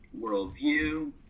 worldview